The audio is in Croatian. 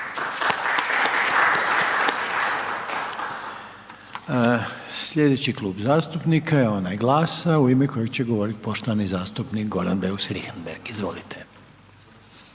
Slijedeći Klub zastupnika je onaj GLAS-a u ime kojeg će govorit poštovani zastupnik Goran Beus Richembergh, izvolite.